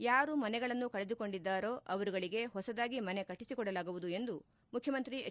ಯಾರು ಮನೆಗಳನ್ನು ಕಳೆದುಕೊಂಡಿದ್ದಾರೆ ಅವರುಗಳಿಗೆ ಹೊಸದಾಗಿ ಮನೆ ಕಟ್ಟುಕೊಡಲಾಗುವುದು ಎಂದು ಮುಖ್ಚಮಂತ್ರಿ ಎಚ್